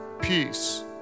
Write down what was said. peace